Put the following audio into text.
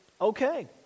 okay